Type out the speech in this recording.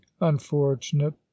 unfortunate